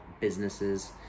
businesses